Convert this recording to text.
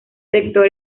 sector